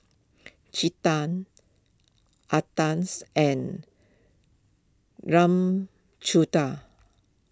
Chetan and Ramchundra